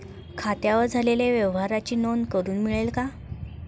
खात्यावर झालेल्या व्यवहाराची नोंद करून मिळेल का?